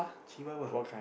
chihuahua